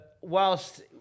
whilst